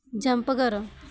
jump करो